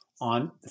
on